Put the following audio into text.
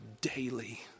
daily